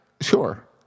Sure